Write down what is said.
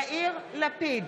יאיר לפיד,